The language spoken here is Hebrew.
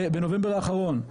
בנובמבר האחרון,